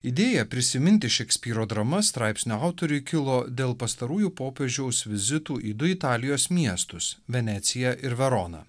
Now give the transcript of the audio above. idėja prisiminti šekspyro dramas straipsnio autoriui kilo dėl pastarųjų popiežiaus vizitų į du italijos miestus veneciją ir veroną